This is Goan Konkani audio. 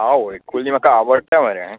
आवय कुल्ली म्हाका आवडटा मरे